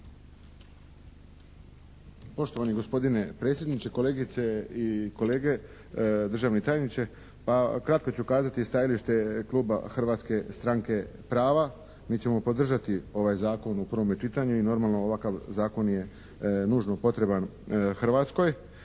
Poštovani gospodine predsjedniče, kolegice i kolege, državni tajniče! Pa kratko ću kazati stajalište Hrvatske stranke prava. Mi ćemo podržati ovaj zakon u prvome čitanju i normalno ovakav zakon je nužno potreban Hrvatskoj